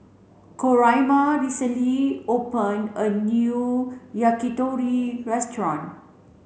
Coraima recently opened a new Yakitori restaurant